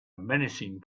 menacing